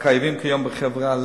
הקיימים כיום בחברה,